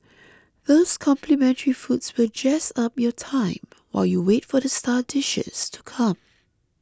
those complimentary foods will jazz up your time while you wait for the star dishes to come